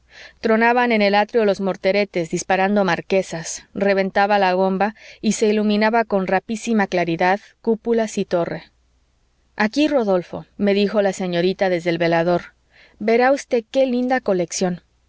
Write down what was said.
tronaban en el atrio los mortereres disparando marquesas reventaba la bomba y se iluminaban con rapidísima claridad cúpulas y torre aquí rodolfo me dijo la señorita desde el velador verá usted qué linda colección